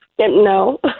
No